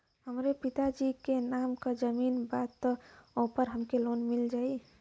हमरे पिता जी के नाम पर जमीन बा त ओपर हमके लोन मिल जाई?